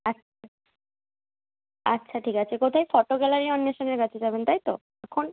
আচ্ছা আচ্ছা ঠিক আছে কোথায় ফটো গ্যালারি অন্বেষণের কাছে যাবেন তাই তো এখন